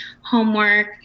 homework